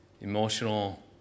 Emotional